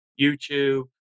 YouTube